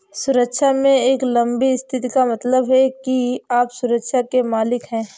सुरक्षा में एक लंबी स्थिति का मतलब है कि आप सुरक्षा के मालिक हैं